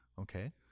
okay